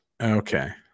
Okay